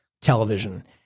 television